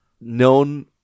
known